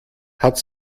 hat